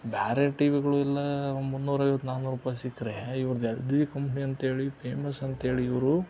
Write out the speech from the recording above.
ಬೇರೆ ಟಿ ವಿಗಳು ಎಲ್ಲ ಮುನ್ನೂರೈವತ್ತು ನಾನೂರು ರೂಪಾಯ್ಗೆ ಸಿಕ್ಕಿದ್ರೇ ಇವ್ರುದ್ದು ಎಲ್ ಜಿ ಕಂಪ್ನಿ ಅಂತ ಹೇಳಿ ಪೇಮಸ್ ಅಂತ ಹೇಳಿ ಇವರು